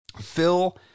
Phil